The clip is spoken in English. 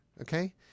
okay